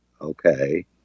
okay